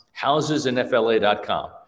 housesinfla.com